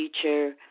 future